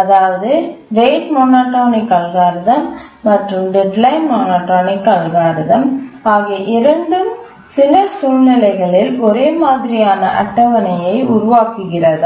அதாவது rate monotonic algorithm மற்றும் deadline monotonic algorithm ஆகிய இரண்டும் சில சூழ்நிலைகளில் ஒரே மாதிரியான அட்டவணையை உருவாக்குக்கிறதா